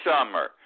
summer